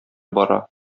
бара